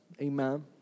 Amen